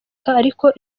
ariko